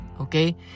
Okay